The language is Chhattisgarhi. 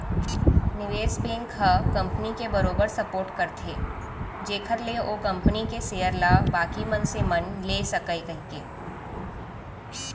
निवेस बेंक ह कंपनी के बरोबर सपोट करथे जेखर ले ओ कंपनी के सेयर ल बाकी मनसे मन ले सकय कहिके